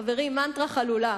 חברים, מנטרה חלולה.